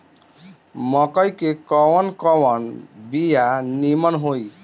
मकई के कवन कवन बिया नीमन होई?